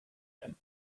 them